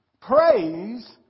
praise